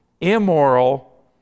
immoral